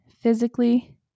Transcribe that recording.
physically